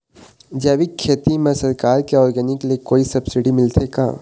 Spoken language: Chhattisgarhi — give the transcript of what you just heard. जैविक खेती म सरकार के ऑर्गेनिक ले कोई सब्सिडी मिलथे का?